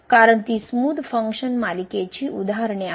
कारण ती smooth function मालिकेची उदाहरणे आहेत